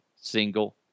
single